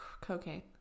cocaine